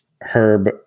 Herb